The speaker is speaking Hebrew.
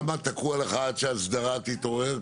כמה תקוע לך עד שהאסדרה תתעורר,